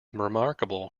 remarkable